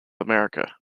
america